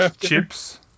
chips